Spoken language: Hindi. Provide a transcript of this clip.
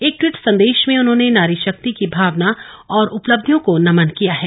एक टवीट संदेश में उन्होंने नारी शक्ति की भावना और उपलब्धियों को नमन किया है